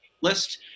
list